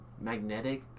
Magnetic